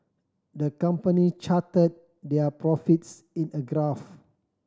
the company chart their profits in a graph